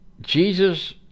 Jesus